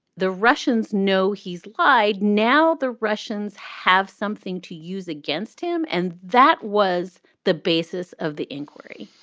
the russians know he's lied. now the russians have something to use against him. and that was the basis of the inquiry